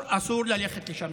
אסור, אסור ללכת לשם.